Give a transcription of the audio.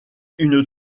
une